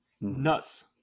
Nuts